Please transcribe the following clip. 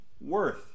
worth